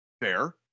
Fair